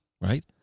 right